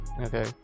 Okay